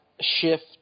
Shift